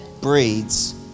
breeds